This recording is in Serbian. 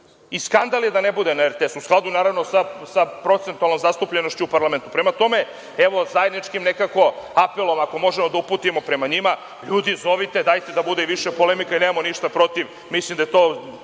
i skandal je da ne bude na RTS-u. Naravno, u skladu sa procentualnom zastupljenošću u parlamentu. Prema tome, evo, zajedničkim nekako apelom ako možemo da uputimo prema njima – ljudi, zovite, dajte da bude više polemika. Mi nemamo ništa protiv, mislimo da je to